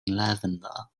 lavender